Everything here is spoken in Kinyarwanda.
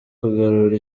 kugarura